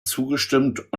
zugestimmt